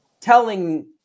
telling